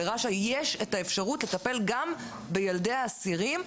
לרש"א יש האפשרות לטפל גם בילדי האסירים,